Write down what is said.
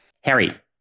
Harry